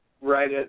right